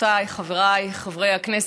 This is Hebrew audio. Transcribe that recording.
חברותיי חבריי חברי הכנסת,